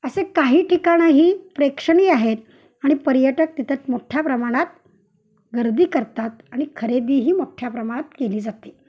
असे काही ठिकाणंही प्रेक्षणीय आहेत आणि पर्यटक तिथं मोठ्या प्रमाणात गर्दी करतात आणि खरेदीही मोठ्या प्रमाणात केली जाते